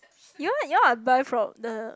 you know what you know I buy from the